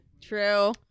True